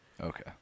Okay